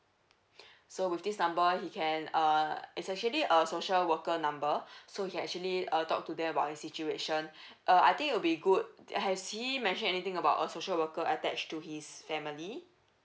so with this number he can uh is actually a social worker number so he can actually uh talk to them about his situation uh I think would be good has he mentioned anything about a social worker attach to his family